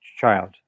child